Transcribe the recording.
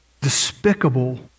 despicable